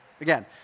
again